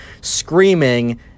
screaming